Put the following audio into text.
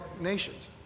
nations